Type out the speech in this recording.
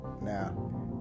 Now